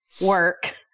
work